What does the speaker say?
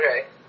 Okay